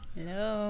Hello